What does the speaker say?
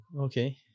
Okay